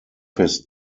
his